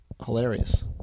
Hilarious